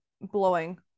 blowing